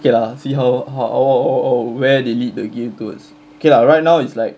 okay lah see how ho~ ho~ how or where they lead the game towards okay lah right now is like